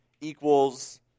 equals